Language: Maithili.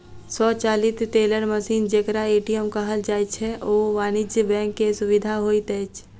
स्वचालित टेलर मशीन जेकरा ए.टी.एम कहल जाइत छै, ओ वाणिज्य बैंक के सुविधा होइत अछि